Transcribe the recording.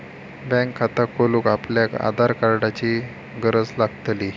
bank खाता खोलूक आपल्याक आधार कार्डाची गरज लागतली